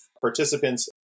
participants